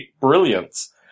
brilliance